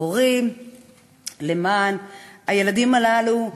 הורים למען הילדים הללו.